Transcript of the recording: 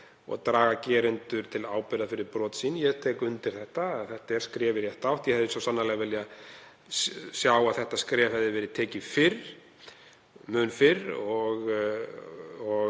og draga gerendur til ábyrgðar fyrir brot sín. Ég tek undir að þetta er skref í rétta átt. Ég hefði svo sannarlega viljað sjá að þetta skref hefði verið stigið mun fyrr.